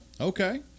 Okay